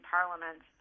Parliament